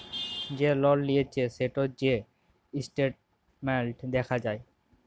যে লল লিঁয়েছে সেটর যে ইসট্যাটমেল্ট দ্যাখা যায়